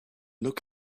look